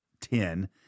ten